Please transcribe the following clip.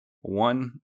one